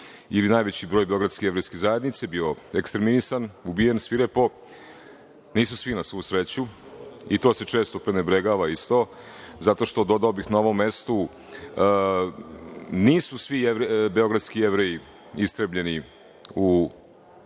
ili najveći broj Beogradske jevrejske zajednice bio ekstreminisan, ubijen svirepo, nisu svi na svu sreću, i to se često prenebregava isto zato što, dodao bih, na ovom mestu nisu svi Beogradski Jevreji istrebljeni u